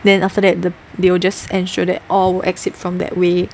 then after that the they will just ensure that all exit from that way